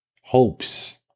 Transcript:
hopes